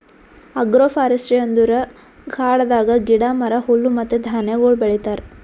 agro forestry ಅಂದುರ್ ಕಾಡದಾಗ್ ಗಿಡ, ಮರ, ಹುಲ್ಲು ಮತ್ತ ಧಾನ್ಯಗೊಳ್ ಬೆಳಿತಾರ್